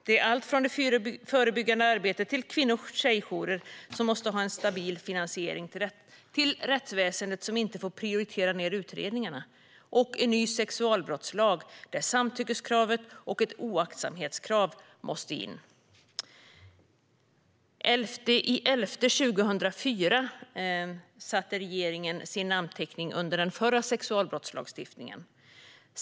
Det är allt från det förebyggande arbetet till kvinno och tjejjourer som måste ha en stabil finansiering, till rättsväsendet som inte får prioritera ned utredningarna och till en ny sexualbrottslag där samtyckeskravet och ett oaktsamhetskrav måste införas. Den 11 november 2004 satte regeringen sin namnteckning under den förra sexualbrottslagstiftningen.